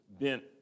bent